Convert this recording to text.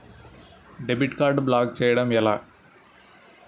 Debit card block చేయటం ఎలా?